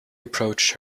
approached